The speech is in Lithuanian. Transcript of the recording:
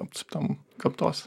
apsuptam gamtos